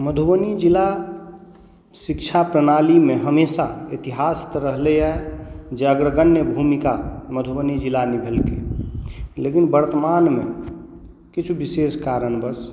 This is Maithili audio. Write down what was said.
मधुबनी जिला शिक्षा प्रणालीमे हमेशा इतिहास तऽ रहलैए जे अग्रगण्य भूमिका मधुबनी जिला निभेलकै लेकिन वर्तमानमे किछु विशेष कारणवश